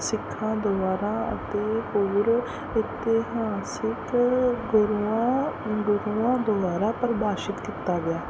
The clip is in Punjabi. ਸਿੱਖਾਂ ਦੁਆਰਾ ਅਤੇ ਹੋਰ ਇਤਿਹਾਸਿਕ ਗੁਰੂਆਂ ਗੁਰੂਆਂ ਦੁਆਰਾ ਪਰਿਭਾਸ਼ਿਤ ਕੀਤਾ ਗਿਆ